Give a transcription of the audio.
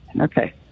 Okay